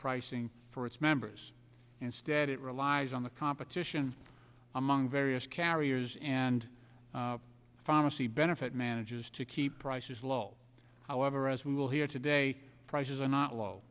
pricing for its members instead it relies on the competition among various carriers and pharmacy benefit manages to keep prices low however as we will here today prices are not low